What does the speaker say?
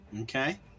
Okay